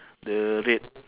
the red